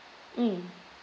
mm